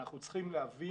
אנחנו צריכים להבין,